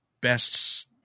best